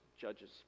judges